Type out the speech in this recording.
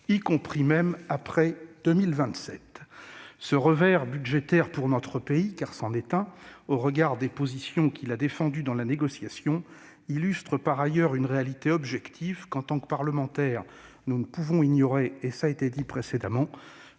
y compris même après 2027. Ce revers budgétaire pour notre pays- car c'en est un -au regard des positions qu'il a défendues dans la négociation illustre par ailleurs une réalité objective qu'en tant que parlementaires, nous ne pouvons pas ignorer : l'envolée en